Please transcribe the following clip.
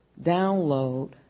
download